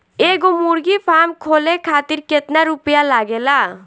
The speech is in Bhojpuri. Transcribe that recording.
एगो मुर्गी फाम खोले खातिर केतना रुपया लागेला?